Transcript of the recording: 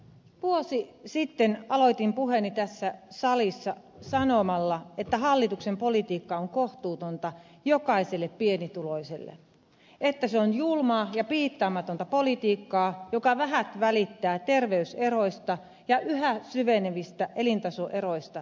vuosi sitten aloitin puheeni tässä salissa sanomalla että hallituksen politiikka on kohtuutonta jokaiselle pienituloiselle että se on julmaa ja piittaamatonta politiikkaa joka vähät välittää terveyseroista ja yhä syvenevistä elintasoeroista suomessa